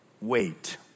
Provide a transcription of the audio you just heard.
wait